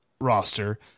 roster